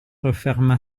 referma